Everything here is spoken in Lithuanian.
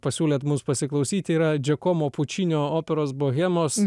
pasiūlėt mums pasiklausyti yra džiakomo pučinio operos bohemos